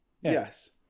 Yes